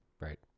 Right